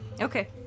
Okay